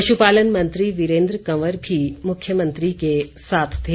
पशुपालन मंत्री वीरेंद्र कंवर भी मुख्यमंत्री के साथ थे